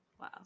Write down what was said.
wow